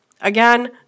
Again